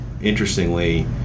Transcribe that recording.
interestingly